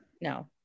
No